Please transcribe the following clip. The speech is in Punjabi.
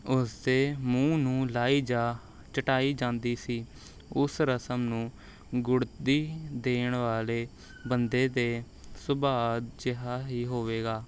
ਉਸਦੇ ਮੂੰਹ ਨੂੰ ਲਗਾਈ ਜਾਂ ਚੱਟਾਈ ਜਾਂਦੀ ਸੀ ਉਸ ਰਸਮ ਨੂੰ ਗੁੜ੍ਹਤੀ ਦੇਣ ਵਾਲੇ ਬੰਦੇ ਦੇ ਸੁਭਾਅ ਜਿਹਾ ਹੀ ਹੋਵੇਗਾ